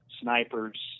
snipers